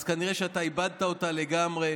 אז כנראה שאתה איבדת אותה לגמרי.